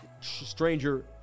stranger